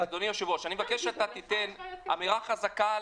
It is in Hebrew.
אדוני היושב-ראש, אני מבקש שאתה תיתן אמירה חזקה,